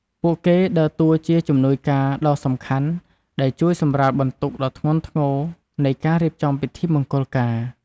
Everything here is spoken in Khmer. ពួកគេដើរតួជាជំនួយការដ៏សំខាន់ ដែលជួយសម្រាលបន្ទុកដ៏ធ្ងន់ធ្ងរនៃការរៀបចំពិធីមង្គលការ។